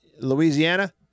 Louisiana